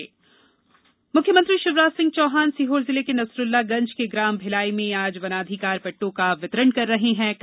वनाधिकार पट्टे मुख्यमंत्री शिवराज सिंह चौहान सीहोर जिले के नसरुल्लागंज के ग्राम भिलाई में आज वनाधिकार पट्टों का वितरण करेंगे